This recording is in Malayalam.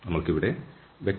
നമ്മൾക്ക് ഇവിടെ F